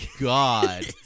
God